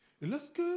lorsque